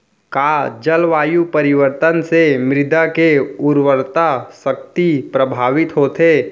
का जलवायु परिवर्तन से मृदा के उर्वरकता शक्ति प्रभावित होथे?